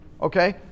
Okay